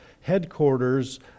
headquarters